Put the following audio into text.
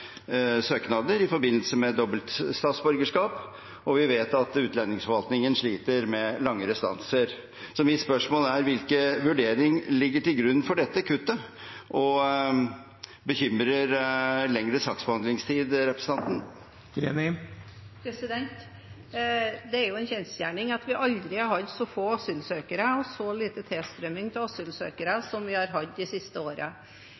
søknader i forbindelse med dobbelt statsborgerskap, og vi vet at utlendingsforvaltningen sliter med lange restanser. Så mitt spørsmål er: Hvilken vurdering ligger til grunn for dette kuttet? Og bekymrer lengre saksbehandlingstid representanten? Det er en kjensgjerning at vi aldri har hatt så få asylsøkere og så liten tilstrømning av asylsøkere som vi har hatt de siste